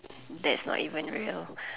that's not even real